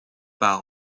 par